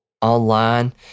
online